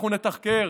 אנחנו נתחקר,